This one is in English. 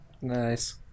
nice